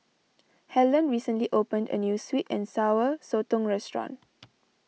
Hellen recently opened a New Sweet and Sour Sotong Restaurant